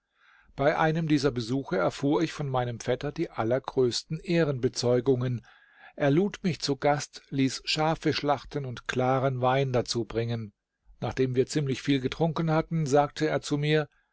bei einem dieser besuche erfuhr ich von meinem vetter die allergrößten ehrenbezeugungen er lud mich zu gast ließ schafe schlachten und klaren wein dazu bringen nachdem wir ziemlich viel getrunken hatten sagte er zu mir